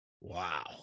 Wow